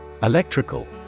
Electrical